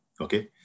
okay